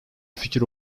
fikir